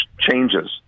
changes